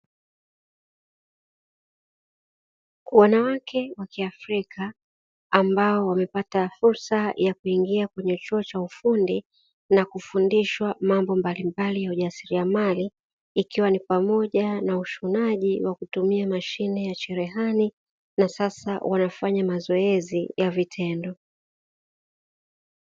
Wanawake wa kiafrika ambao wamepata fursa ya kuingia kwenye chuo cha ufundi na kufundishwa mambo mbalimbali ya ujasiriamali, ikiwa ni pamoja na ushonaji wa kutumia mashine ya cherehani na sasa wanafanya mazoezi ya vitendo.